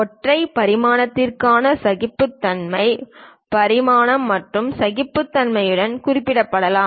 ஒற்றை பரிமாணத்திற்கான சகிப்புத்தன்மை பரிமாணம் மற்றும் சகிப்புத்தன்மையுடன் குறிப்பிடப்படலாம்